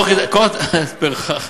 פרחח.